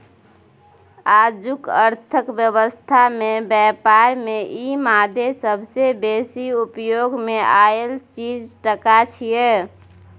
आजुक अर्थक व्यवस्था में ब्यापार में ई मादे सबसे बेसी उपयोग मे आएल चीज टका छिये